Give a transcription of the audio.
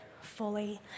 fully